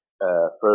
first